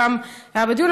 הוא גם היה בדיון,